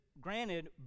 granted